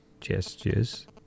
gestures